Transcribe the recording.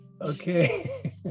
Okay